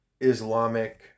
Islamic